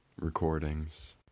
Recordings